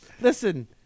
Listen